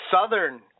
Southern